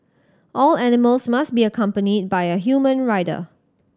all animals must be accompanied by a human rider